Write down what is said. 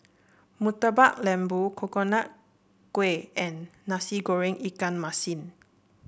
Murtabak Lembu Coconut Kuih and Nasi Goreng Ikan Masin